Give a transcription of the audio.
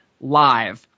Live